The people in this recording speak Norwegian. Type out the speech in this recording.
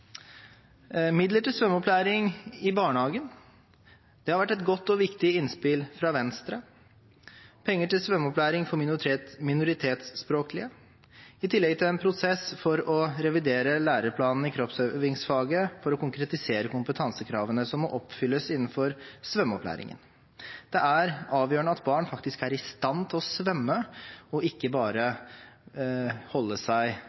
midler til svømmeopplæring i barnehagen – det har vært et godt og viktig innspill fra Venstre – penger til svømmeopplæring for minoritetsspråklige, i tillegg til en prosess for å revidere læreplanen i kroppsøvingsfaget for å konkretisere kompetansekravene som må oppfylles innenfor svømmeopplæringen. Det er avgjørende at barn faktisk er i stand til å svømme, og ikke bare holde seg